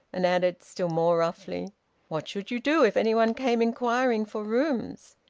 and added, still more roughly what should you do if anyone came inquiring for rooms?